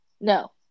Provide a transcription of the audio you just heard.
No